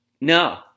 No